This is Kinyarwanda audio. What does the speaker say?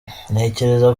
ntekereza